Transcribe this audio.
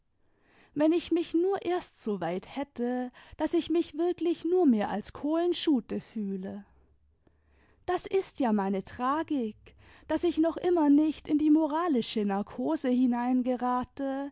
wenn ich mich nur erst soweit hätte daß ich mich wirklich nur mehr als kohlenschute fühle das ist ja meine tragik daß ich noch immer nicht in die moralische narkose hineingerate